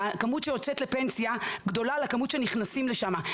הכמות שיוצאת לפנסיה גדולה מהכמות שנכנסת לשם,